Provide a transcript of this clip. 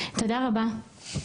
תודה רבה.